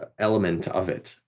ah element of it,